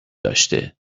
داشته